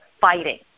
fighting